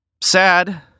Sad